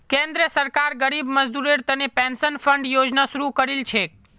केंद्र सरकार गरीब मजदूरेर तने पेंशन फण्ड योजना शुरू करील छेक